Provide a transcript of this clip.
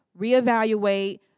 reevaluate